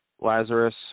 Lazarus